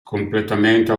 completamente